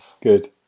Good